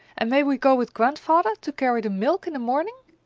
and may we go with grandfather to carry the milk in the morning?